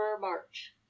march